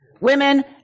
women